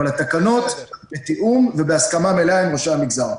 אבל התקנות הן בתיאום והסכמה מלאה עם ראשי המגזר.